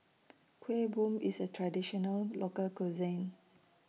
Kueh Bom IS A Traditional Local Cuisine